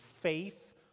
faith